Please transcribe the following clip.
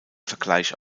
vergleich